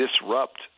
disrupt